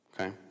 Okay